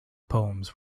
poems